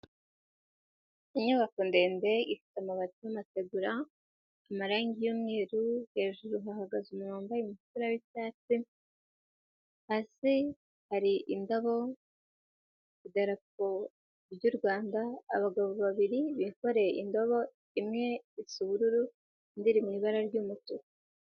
Inyubako ndende ifite amabati y'amategura, amarangi y'umweru hejuru hahagaze umuntu wambaye imipira w'icyatsi, hasi hari indabo, idarapo ry'u Rwanda, abagabo babiri bikoreye indobo imwe isa ubururu, indi iri mu ibara ry'umutuku.